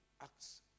Acts